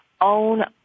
own